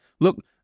Look